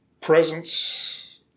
presence